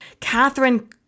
Catherine